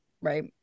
right